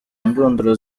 ndunduro